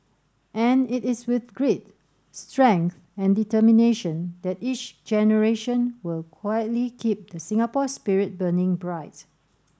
and it is with grit strength and determination that each generation will quietly keep the Singapore spirit burning bright